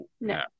No